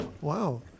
Wow